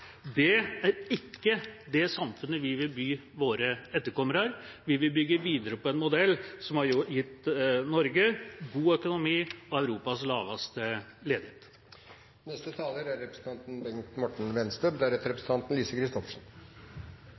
Det er ikke det samfunnet vi vil by våre etterkommere. Vi vil bygge videre på en modell som har gitt Norge god økonomi og Europas laveste ledighet.